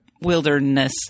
wilderness